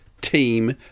Team